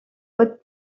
hautes